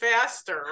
faster